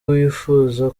uwifuza